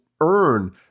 earn